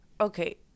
Okay